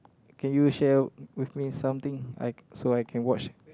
can you share with me something I so I can watch